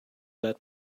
let